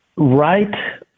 Right